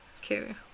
Okay